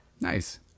Nice